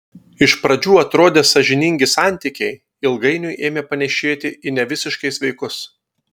iš pradžių atrodę sąžiningi santykiai ilgainiui ėmė panėšėti į nevisiškai sveikus